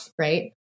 right